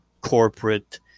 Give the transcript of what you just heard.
corporate